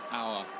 hour